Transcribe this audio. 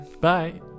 Bye